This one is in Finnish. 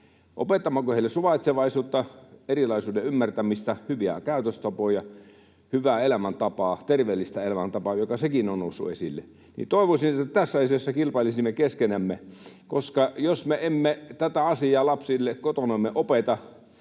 Opetammeko heille suvaitsevaisuutta, erilaisuuden ymmärtämistä, hyviä käytöstapoja, hyvää elämäntapaa, terveellistä elämäntapaa, joka sekin on noussut esille? Toivoisin, että tässä asiassa kilpailisimme keskenämme, koska jos me emme tätä asiaa lapsille kotonamme opeta,